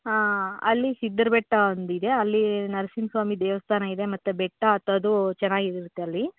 ಹಾಂ ಅಲ್ಲಿ ಸಿದ್ಧರ ಬೆಟ್ಟ ಒಂದಿದೆ ಅಲ್ಲಿ ನರಸಿಂಹ ಸ್ವಾಮಿ ದೇವಸ್ಥಾನ ಇದೆ ಮತ್ತೆ ಬೆಟ್ಟ ಹತ್ತೋದು ಚೆನ್ನಾಗಿರುತ್ತೆ ಅಲ್ಲಿ